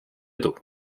edu